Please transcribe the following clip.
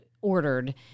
ordered